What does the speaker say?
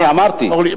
אני אמרתי.